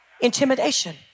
intimidation